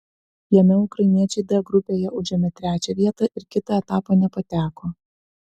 jame ukrainiečiai d grupėje užėmė trečią vietą ir kitą etapą nepateko